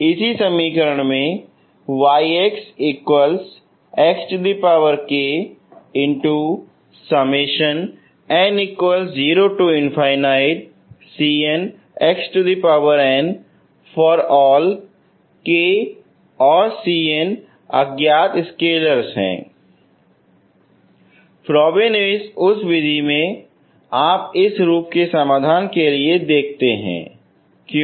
इस समीकरण में फ़्रोबेनिउस विधि में आप इस रूप के समाधान के लिए देखते हैंक्यों